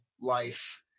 life